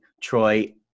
Troy